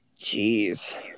Jeez